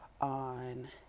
on